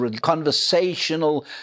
conversational